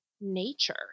nature